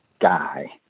guy